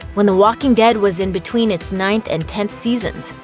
when the walking dead was in between its ninth and tenth seasons.